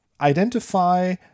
identify